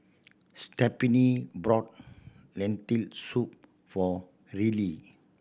Stephania bought Lentil Soup for Reilly